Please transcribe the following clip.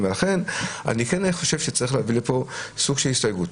לכן אני כן חושב שצריך להביא לפה סוג של הסתייגות.